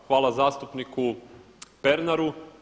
Hvala zastupniku Pernaru.